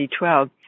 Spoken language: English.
2012